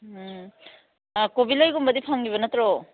ꯎꯝ ꯀꯣꯕꯤꯂꯩꯒꯨꯝꯕꯗꯤ ꯐꯪꯏꯕ ꯅꯠꯇ꯭ꯔꯣ